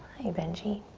hi benji.